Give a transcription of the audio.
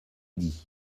dit